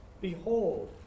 behold